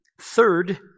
Third